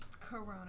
Corona